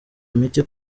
imiti